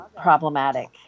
problematic